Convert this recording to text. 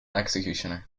executioner